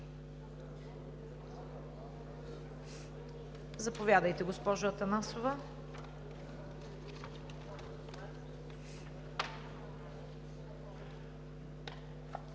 Заповядайте, госпожо Атанасова.